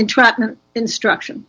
entrapment instruction